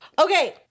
Okay